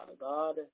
God